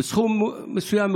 בסכום מסוים,